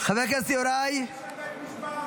למה אין נשיא לבית משפט?